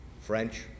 French